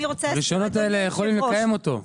הרישיונות האלה יכולים לקיים אותו.